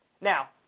Now